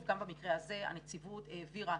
גם במקרה הזה הנציבות העבירה